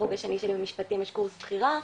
החוג השני שבמשפטים יש קורס בחירה,